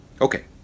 Okay